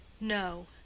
no